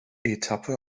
etappe